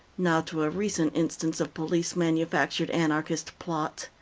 now, to a recent instance of police-manufactured anarchist plots.